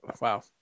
wow